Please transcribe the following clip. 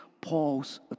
Paul's